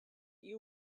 you